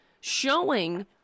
showing